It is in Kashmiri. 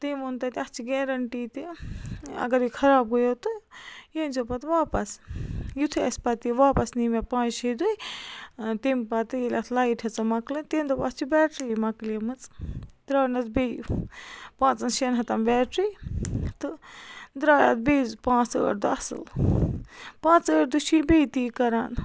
تٔمۍ ووٚن تَتہِ اَتھ چھِ گیرٮ۪نٹی تہِ اَگر یہِ خراب گٔیو تہٕ یہِ أنۍ زیو پَتہٕ واپَس یُتھُے اَسہِ پَتہٕ یہِ واپَس نی مےٚ پانٛژھِ شیٚیہِ دُے تٔمۍ پَتہٕ ییٚلہِ اَتھ لایِٹ ہیٚژٕن مَکلٕنۍ تٔمۍ دوٚپ اَتھ چھِ بیٹری مۄکلیٛٲمٕژ ترٛٲونَس بیٚیہِ پانٛژَن شٮ۪ن ہَتَن بیٹری تہٕ درٛاے اَتھ بیٚیہِ زٕ پانٛژھ ٲٹھ دۄہ اَصٕل پانٛژٕ ٲٹھِ دُے چھُ یہِ بیٚیہِ تی کَران